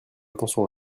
attention